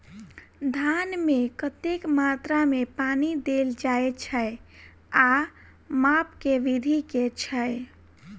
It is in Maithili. धान मे कतेक मात्रा मे पानि देल जाएँ छैय आ माप केँ विधि केँ छैय?